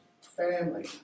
family